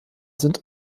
sind